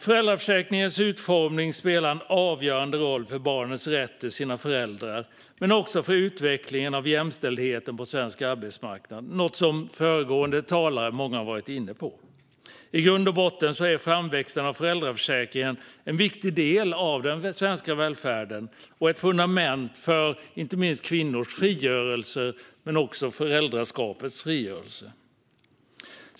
Föräldraförsäkringens utformning spelar en avgörande roll för barnens rätt till sina föräldrar men också för utvecklingen av jämställdheten på svensk arbetsmarknad, något som många av de föregående talarna har varit inne på. I grund och botten är framväxten av föräldraförsäkringen en viktig del av den svenska välfärden samt ett fundament för inte minst kvinnors frigörelse och för föräldraskapets frigörelse.